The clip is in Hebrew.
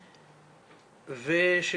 הבית.